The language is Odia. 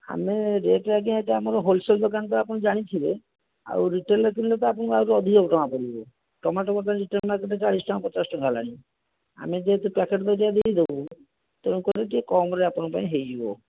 ଆମେ ରେଟ୍ ଆଜ୍ଞା ଏଟା ଆମର ହୋଲସେଲ୍ ଦୋକାନ ତ ଆପଣ ଜାଣିଥିବେ ଆଉ ରିଟେଲ୍ରେ କିଣିଲେ ତ ଆପଣଙ୍କୁ ଆହୁରି ଅଧିକ ଟଙ୍କା ପଡ଼ିଯିବ ଟମାଟୋ ଗୋଟା ରିଟେଲ୍ ମାର୍କେଟ୍ରେ ଚାଳିଶ ଟଙ୍କା ପଚାଶ ଟଙ୍କା ହେଲାଣି ଆମେ ଯେହେତୁ ପ୍ୟାକେଟ୍ ଦେଇ ଦେବୁ ତେଣୁକରି ଟିକେ କମ୍ରେ ଆପଣଙ୍କ ପାଇଁ ହେଇଯିବ